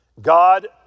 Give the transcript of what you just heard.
God